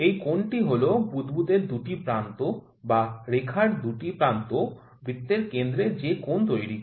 এই কোণটি হল বুদবুদের ২ টি প্রান্ত বা রেখার ২ টি প্রান্ত বৃত্তের কেন্দ্রে যে কোণ তৈরি করে